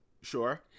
Sure